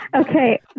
Okay